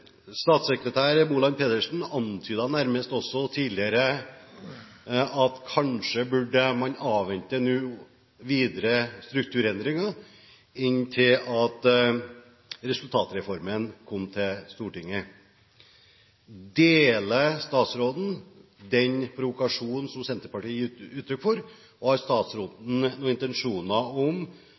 Statssekretær Moland Pedersen antydet tidligere at man nå kanskje burde avvente videre strukturendringer inntil resultatreformen kommer til Stortinget. Deler statsråden den provokasjonen som Senterpartiet har gitt uttrykk for? Og har statsråden noen intensjoner om